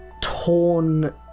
torn